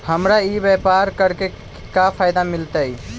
हमरा ई व्यापार करके का फायदा मिलतइ?